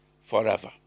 forever